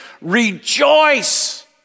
rejoice